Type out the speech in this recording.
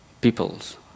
peoples